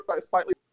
slightly